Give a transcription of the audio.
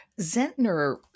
Zentner